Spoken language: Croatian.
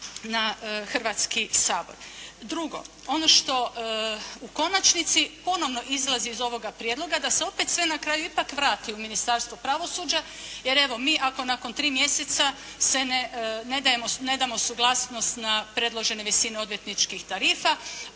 na Hrvatski sabor. Drugo, ono što u konačnici ponovno izlazi iz ovoga prijedloga da se opet sve na kraju ipak vrati u Ministarstvo pravosuđa, jer evo mi ako nakon tri mjeseca se ne, ne damo suglasnost na predložene visine odvjetničkih tarifa